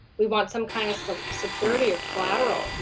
we want some kind of so security or collateral. yeah